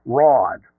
rod